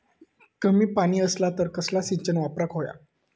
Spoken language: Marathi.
कमी पाणी असला तर कसला सिंचन वापराक होया?